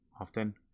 often